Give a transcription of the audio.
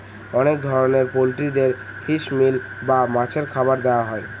অনেক ধরনের পোল্ট্রিদের ফিশ মিল বা মাছের খাবার দেওয়া হয়